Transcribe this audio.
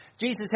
Jesus